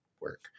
work